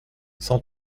cent